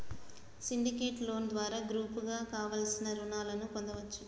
syndicate loan ద్వారా గ్రూపుగా కావలసిన రుణాలను పొందచ్చు